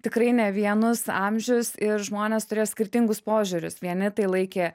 tikrai ne vienus amžius ir žmonės turėjo skirtingus požiūrius vieni tai laikė